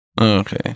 Okay